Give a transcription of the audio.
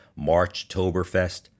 Marchtoberfest